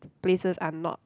places are not